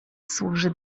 służy